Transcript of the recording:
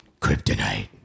Kryptonite